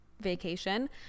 vacation